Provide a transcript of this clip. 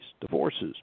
divorces